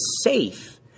safe